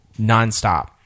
nonstop